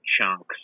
chunks